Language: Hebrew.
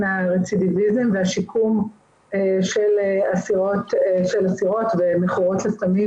הרצידיביזם והשיקום של אסירות ומכורות לסמים